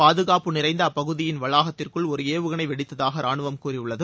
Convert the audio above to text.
பாதுகாப்பு நிறைந்த அப்பகுதியின் வளாகத்திற்குள் ஒரு ஏவுகணை வெடித்ததாக ராணுவம் கூறியுள்ளது